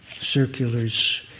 circulars